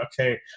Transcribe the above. okay